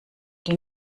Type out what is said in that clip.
die